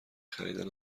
خریدن